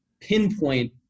pinpoint